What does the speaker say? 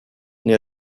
near